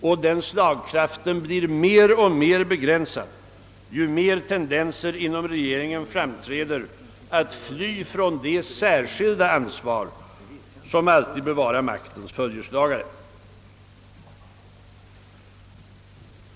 Och slagkraften blir alltmer begränsad ju mer tendenser inom regeringen framträder att fly från det särskilda ansvar som alltid bör vara maktens följeslagare.